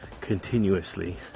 continuously